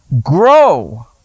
grow